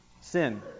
Sin